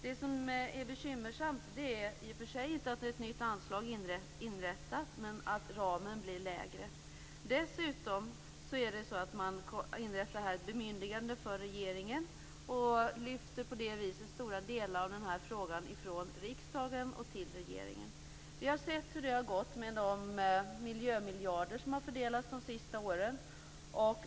Det bekymmersamma är i och för sig inte att ett nytt anslag inrättas men att ramen blir lägre. Dessutom inrättas ett bemyndigande för regeringen. På så sätt lyfts stora delar av frågan från riksdagen till regeringen. Vi har sett hur det har gått med de miljömiljarder som har fördelats de senaste åren.